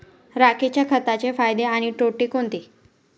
राखेच्या खताचे फायदे आणि तोटे कोणते?